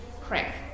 crack